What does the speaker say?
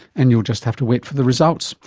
and you'll just have to wait for the results.